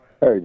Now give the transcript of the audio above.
Hey